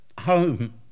home